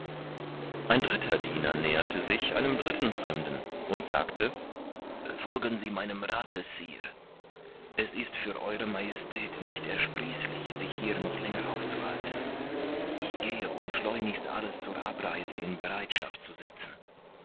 ein dritter diener näherte sich einem dritten fremden und sagte folgen sie meinem rathe sire es ist für ew majestät nicht ersprießlich sich hier noch länger aufzuhalten ich gehe um schleunigst alles zur abreise in bereitschaft zu setzen